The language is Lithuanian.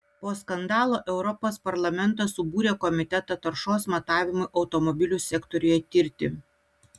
po skandalo europos parlamentas subūrė komitetą taršos matavimui automobilių sektoriuje tirti